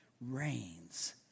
reigns